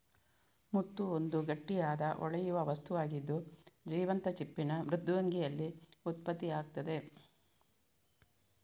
ಮುತ್ತು ಒಂದು ಗಟ್ಟಿಯಾದ, ಹೊಳೆಯುವ ವಸ್ತುವಾಗಿದ್ದು, ಜೀವಂತ ಚಿಪ್ಪಿನ ಮೃದ್ವಂಗಿಯಲ್ಲಿ ಉತ್ಪತ್ತಿಯಾಗ್ತದೆ